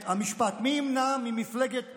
מי ימנע ממפלגת ירוקים,